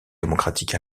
démocratique